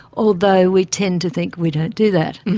although we tend to think we don't do that.